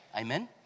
amen